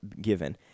given